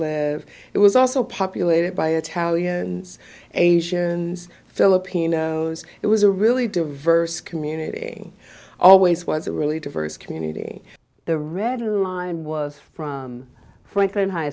live it was also populated by italians asians filipinos it was a really diverse community always was a really diverse community the read her mind was from franklin high